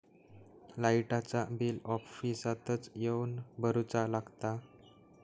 लाईटाचा बिल ऑफिसातच येवन भरुचा लागता?